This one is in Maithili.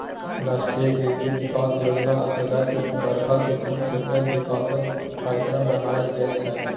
राष्ट्रीय कृषि बिकास योजना अतर्गत बरखा सिंचित क्षेत्रक बिकासक कार्यक्रम बनाएल गेल छै